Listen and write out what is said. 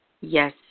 Yes